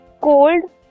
cold